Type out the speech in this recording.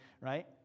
right